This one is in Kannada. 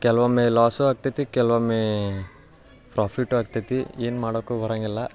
ಕೆಲವೊಮ್ಮೆ ಲಾಸೂ ಆಕ್ತೇತಿ ಕೆಲ್ವೊಮ್ಮೆ ಫ್ರಾಫಿಟ್ಟೂ ಆಕ್ತೇತಿ ಏನು ಮಾಡಕ್ಕೂ ಬರೋಂಗಿಲ್ಲ